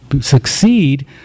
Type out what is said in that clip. succeed